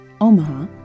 Omaha